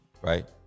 Right